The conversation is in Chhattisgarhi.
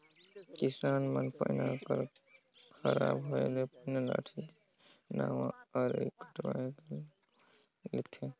किसान मन पैना कर खराब होए ले पैना लाठी मे नावा अरई कटवाए के लगवाए लेथे